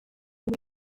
muri